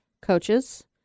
coaches